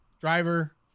driver